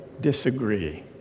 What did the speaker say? disagree